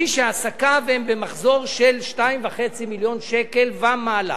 מי שעסקיו הם במחזור של 2.5 מיליון שקל ומעלה.